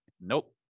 nope